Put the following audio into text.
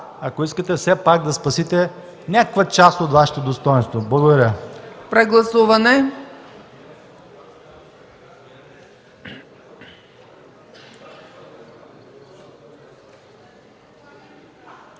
ако искате все пак да спасите някаква част от Вашето достойнство. Благодаря. ПРЕДСЕДАТЕЛ